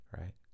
right